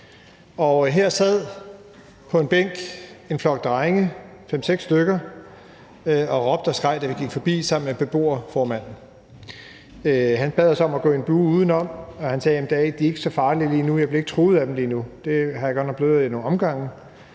Her sad på en bænk en flok drenge, fem-seks stykker, og råbte og skreg, da vi gik forbi sammen med beboerformanden. Han bad os om at gå i en bue uden om, og han sagde endda: De er ikke så farlige lige nu, jeg bliver ikke truet af dem lige nu; det er jeg godt nok blevet ad nogle omgange,